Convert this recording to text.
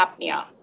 apnea